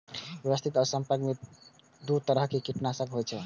व्यवस्थित आ संपर्क दू तरह कीटनाशक होइ छै